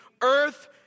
earth